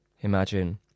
imagine